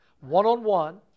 one-on-one